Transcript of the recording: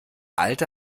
alte